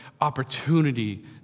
opportunity